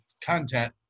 content